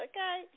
Okay